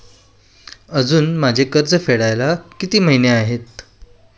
अजुन माझे कर्ज फेडायला किती महिने आहेत?